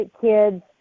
kids